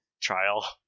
trial